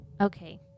Okay